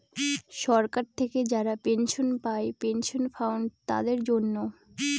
সরকার থেকে যারা পেনশন পায় পেনশন ফান্ড তাদের জন্য